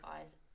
guys